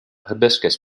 hibiscus